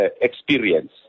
experience